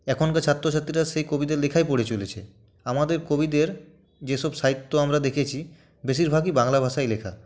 এখনকার ছাত্রছাত্রীরা সেই কবিদের লেখাই পড়ে চলেছে আমাদের কবিদের যেসব সাহিত্য আমরা দেখেছি বেশিরভাগই বাংলা ভাষায় লেখা